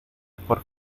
por